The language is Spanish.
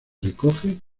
recoge